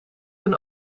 een